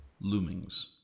Loomings